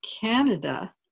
Canada